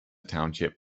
township